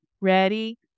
ready